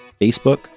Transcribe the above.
facebook